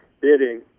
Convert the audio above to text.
bidding